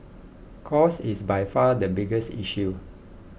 cost is by far the biggest issue